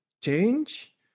change